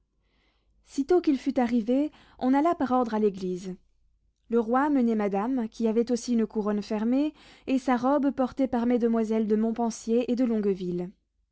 sitôt qu'il fut arrivé on alla par ordre à l'église le roi menait madame qui avait aussi une couronne fermée et sa robe portée par mesdemoiselles de montpensier et de